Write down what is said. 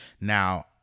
Now